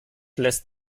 lässt